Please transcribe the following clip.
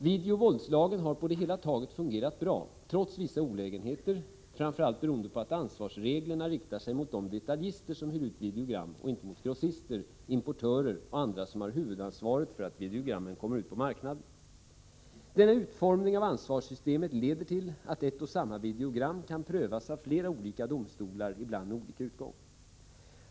Videovåldslagen har på det hela taget fungerat bra, trots vissa olägenheter, framför allt beroende på att ansvarsreglerna riktar sig mot de detaljister som hyr ut videogram och inte mot grossister, importörer och andra, som har huvudansvaret för att videogrammen kommer ut på marknaden. Denna utformning av ansvarssystemet leder till att ett och samma videogram kan prövas av flera olika domstolar, ibland med olika utgång.